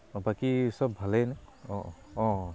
বাকী চব ভালেই নে অঁ অঁ অঁ